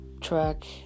track